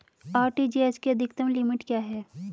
RTGS की अधिकतम limit क्या है?